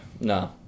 No